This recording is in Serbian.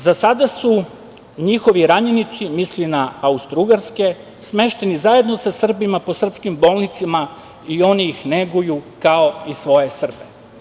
Za sada su njihovi ranjenici, misli na austrougarske, smešteni zajedno sa Srbima, po srpskim bolnicama i oni ih neguju, kao i svoje Srbe.